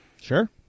Sure